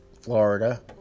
Florida